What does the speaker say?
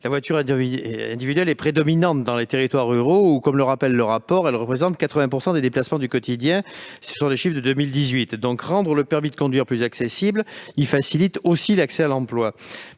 La voiture individuelle est prédominante dans les territoires ruraux où, comme cela est rappelé dans le rapport, elle représentait 80 % des déplacements du quotidien en 2018. Rendre le permis de conduire plus accessible facilite l'accès à l'emploi.